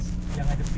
style